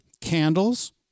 candles